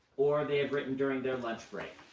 or they have written during their lunch break,